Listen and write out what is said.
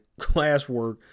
classwork